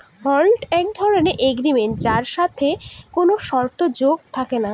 হুন্ড এক ধরনের এগ্রিমেন্ট যার সাথে কোনো শর্ত যোগ থাকে না